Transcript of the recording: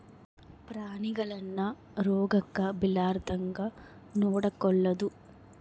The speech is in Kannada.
ಪ್ರಾಣಿಗಳನ್ನ ರೋಗಕ್ಕ ಬಿಳಾರ್ದಂಗ ನೊಡಕೊಳದು